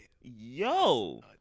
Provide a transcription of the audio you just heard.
Yo